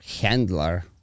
handler